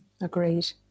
Agreed